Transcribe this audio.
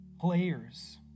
players